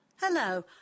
Hello